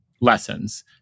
lessons